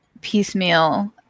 piecemeal